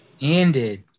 Ended